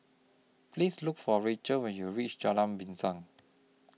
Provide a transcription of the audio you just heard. Please Look For Rachel when YOU REACH Jalan Pisang